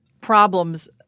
problems